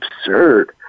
absurd